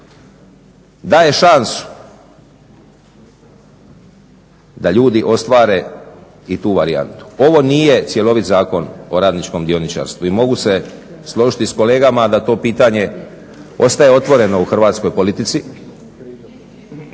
Daje šansu da ljudi ostvare i tu varijantu. Ovo nije cjelovit Zakon o radničkom dioničarstvu i mogu se složiti s kolegama da to pitanje ostaje otvoreno u hrvatskoj politici.